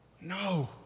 No